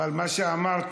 אבל מה שאמרת,